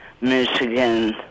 Michigan